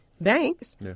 banks